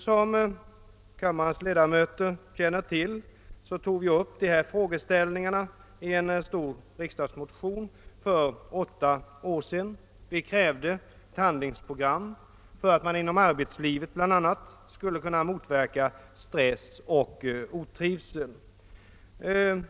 Som kammarens ledamöter känner till tog vi upp de här frågorna i en stor riksdagsmotion för åtta år sedan. Vi krävde ett handlingsprogram för att bl.a. inom arbetslivet motverka stress och otrivsel.